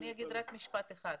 אני אגיד רק משפט אחד,